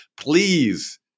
please